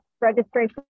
Registration